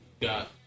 got